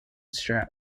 strap